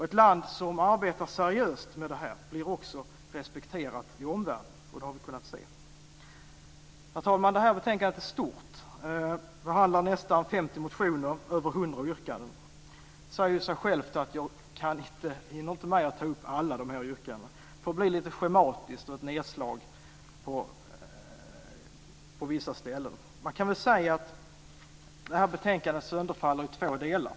Ett land som arbetar seriöst med detta blir också respekterat i omvärlden, och det har vi kunnat se. Herr talman! Det här betänkandet är stort. Det behandlar nästan 50 motioner och över 100 yrkanden. Det säger sig självt att jag inte hinner ta upp alla de yrkandena. Det får bli lite schematiskt med nedslag på vissa ställen. Man kan säga att betänkandet sönderfaller i två delar.